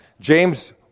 James